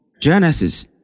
Genesis